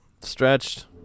stretched